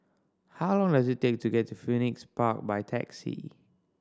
how long does it take to get to Phoenix Park by taxi